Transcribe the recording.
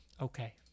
Okay